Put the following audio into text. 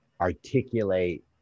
articulate